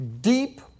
deep